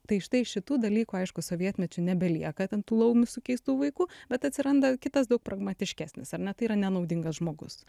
tai štai šitų dalykų aišku sovietmečiu nebelieka ten tų laumių sukeistų vaikų bet atsiranda kitas daug pragmatiškesnis ar ne tai yra nenaudingas žmogus